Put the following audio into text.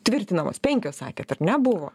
tvirtinamos penkios sakėt ar ne buvo